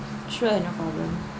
sure no problem